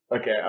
Okay